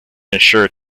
ensure